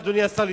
אדוני השר,